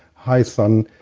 high sun,